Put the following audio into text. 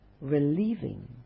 relieving